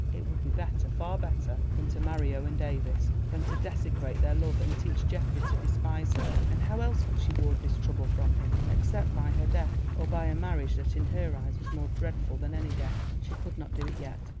it would be better, far better, than to marry owen davies, than to desecrate their love and teach geoffrey to despise her. and how else could she ward this trouble from him except by her death, or by a marriage that in her eyes was more dreadful than any death? she could not do it yet.